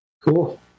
Cool